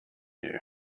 you